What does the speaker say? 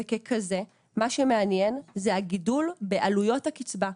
וככזה מה שמעניין זה הגידול בעלויות הקצבה.